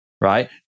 right